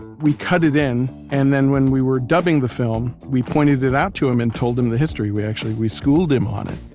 we cut it in, and then when we were dubbing the film, we pointed it out to him and told him the history. we actually schooled him on it.